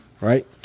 right